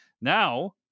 Now